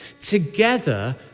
together